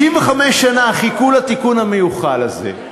65 שנה חיכו לתיקון המיוחל הזה,